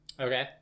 Okay